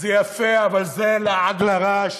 זה יפה, אבל זה לעג לרש